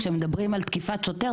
כשמדברים על תקיפת שוטר,